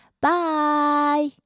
Bye